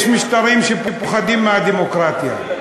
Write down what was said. יש משטרים שפוחדים מהדמוקרטיה,